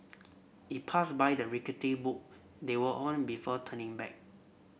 it passed by the rickety boat they were on before turning back